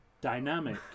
Dynamic